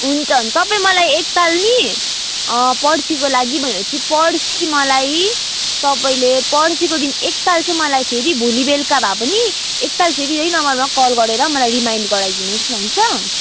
हुन्छ तपाईँ मलाई एकताल नि पर्सीको लागि भनेपछि पर्सी मलाई तपाईँले पर्सीको दिन एकताल चाहिँ मलाई फेरि भोलि बेलुका भए पनि एकताल फेरि यही नम्बरमा कल गरेर मलाई रिमाइन्ड गराइदिनुहोस् न हुन्छ